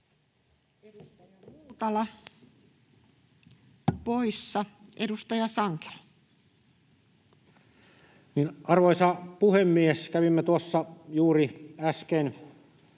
Edustaja Multala — poissa. Edustaja Sankelo. Arvoisa puhemies! Kävimme tuossa juuri äsken